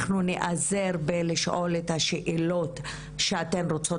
אנחנו נעזר בלשאול את השאלות שאתן רוצות